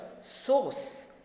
source